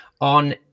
on